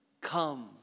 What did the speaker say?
Come